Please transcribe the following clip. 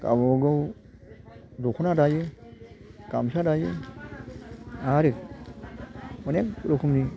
गावबा गाव दख'ना दायो गामसा दायो आरो अनेक रोखोमनि